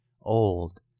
old